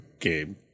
game